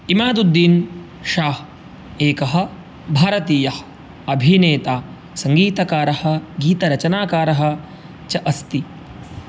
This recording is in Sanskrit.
इमादुद्दीन्शाह् एकः भारतीयः अभिनेता सङ्गीतकारः गीतरचनाकारः च अस्ति